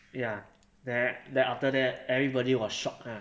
ya then then after that everybody was shocked lah